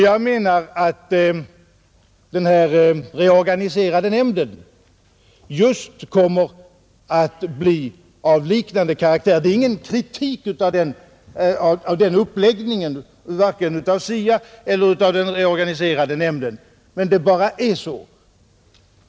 Jag menar att den reorganiserade nämnden kommer att bli av liknande karaktär. Detta är ingen kritik mot uppläggningen av vare sig SIA eller den reorganiserade nämnden, utan det bara är så.